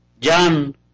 John